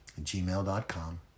gmail.com